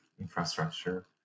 infrastructure